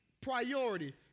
priority